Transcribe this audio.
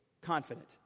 confident